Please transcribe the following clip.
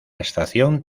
estación